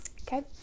Okay